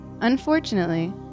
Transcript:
Unfortunately